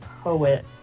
poet